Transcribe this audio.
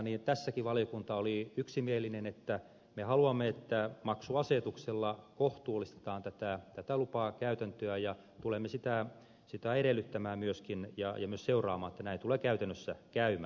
tässäkin valiokunta oli yksimielinen että me haluamme että maksuasetuksella kohtuullistetaan tätä lupakäytäntöä ja tulemme sitä edellyttämään myöskin ja myös seuraamaan että näin tulee käytännössä käymään